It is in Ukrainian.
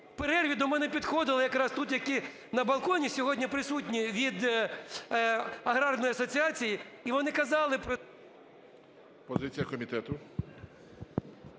Позиція комітету.